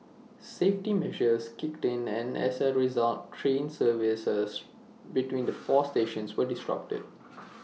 safety measures kicked in and as A result train services between the four stations were disrupted